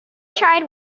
tried